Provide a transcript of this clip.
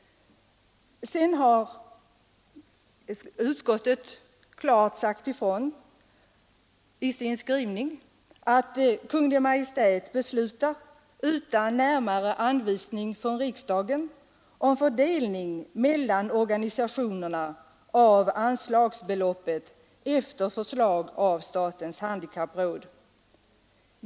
Utskottet har genom sin skrivning klart sagt ifrån att Kungl. Maj:t beslutar utan närmare anvisning från riksdagen om fördelning mellan organisationerna av anslagsbeloppet efter förslag av statens handikappråd.